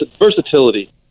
versatility